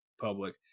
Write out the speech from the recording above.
public